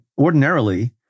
ordinarily